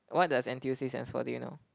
what does N_T_U_C stands for do you know